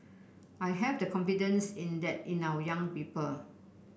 I have the confidence in that in our young people